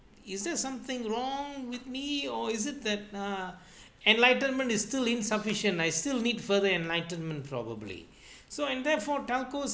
is there's something wrong with me or is it that ah enlightenment is still insufficient I still need further enlightenment probably so and therefore telcos